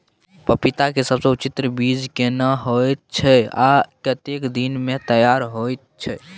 पपीता के सबसे उन्नत बीज केना होयत छै, आ कतेक दिन में तैयार होयत छै?